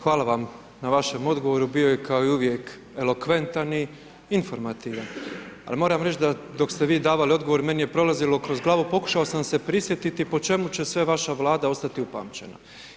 Hvala vam na vašem odgovoru, bio je kao uvijek elokventan i informativan, al moram reći da dok ste vi davali odgovor, meni je prolazilo kroz glavu, pokušao sam se prisjetiti po čemu će sve vaša Vlada ostati upamćena.